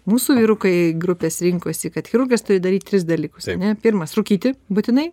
mūsų vyrukai grupės rinkosi kad chirurgas turi daryt tris dalykus ane pirmas rūkyti būtinai